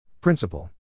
Principle